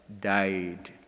died